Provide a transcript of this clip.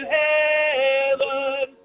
heaven